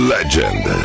Legend